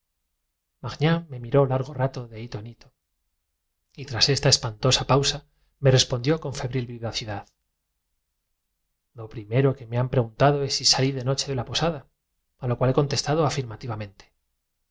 magnán me miró largo rato de hito en hito y tras esta espantosa pausa me respondió con febril vivacidad lo yo respondí con un guiño como recomendando a la preguntona que se callase primero que me han preguntado es si salí de noche de la posada a lo cual he contestado afirmativamente